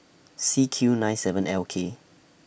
C Q nine seven L K